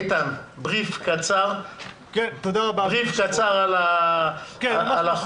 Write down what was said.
איתן, brief קצר על החוק.